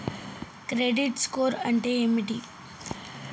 Credit score అంటే ఏమిటి?